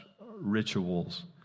rituals